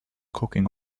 cooking